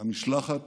המשלחת